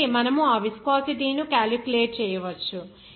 కాబట్టి మనము ఆ విస్కోసిటీ ను క్యాలిక్యులేట్ చేయవచ్చు